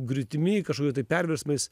griūtimi kažkokiu tai perversmais